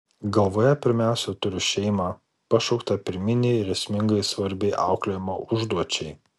galvoje pirmiausia turiu šeimą pašauktą pirminei ir esmingai svarbiai auklėjimo užduočiai